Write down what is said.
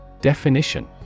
Definition